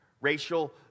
racial